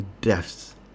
deaths